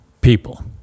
people